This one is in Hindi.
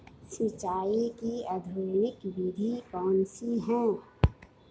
सिंचाई की आधुनिक विधि कौनसी हैं?